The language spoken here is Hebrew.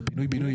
בפינוי בינוי,